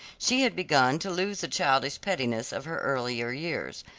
she had begun to lose the childish pettishness of her earlier years.